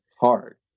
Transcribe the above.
hard